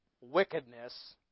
wickedness